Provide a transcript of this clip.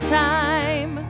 time